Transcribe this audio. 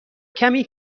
کمی